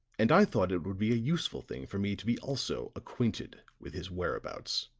and i thought it would be a useful thing for me to be also acquainted with his whereabouts.